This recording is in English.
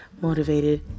motivated